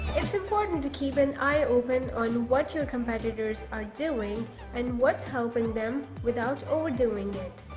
it's important to keep an eye open on what your competitors are doing and what's helping them without overdoing it.